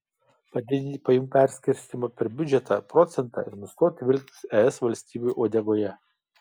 padidinti pajamų perskirstymo per biudžetą procentą ir nustoti vilktis es valstybių uodegoje